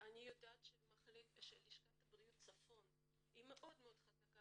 אני יודעת שלשכת בריאות צפון מאוד חזקה